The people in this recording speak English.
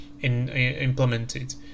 implemented